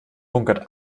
bunkert